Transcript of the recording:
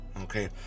Okay